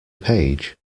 page